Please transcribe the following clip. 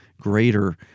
greater